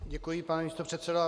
Děkuji, pane místopředsedo.